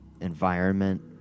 environment